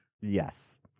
Yes